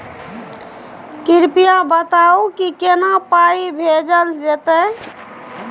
कृपया बताऊ की केना पाई भेजल जेतै?